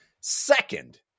second